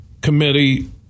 committee